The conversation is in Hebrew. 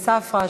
צפרא,